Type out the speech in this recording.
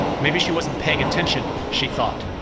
maybe she wasn't paying attention she thought.